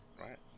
right